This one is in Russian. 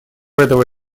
этого